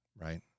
Right